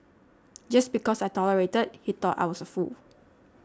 just because I tolerated he thought I was a fool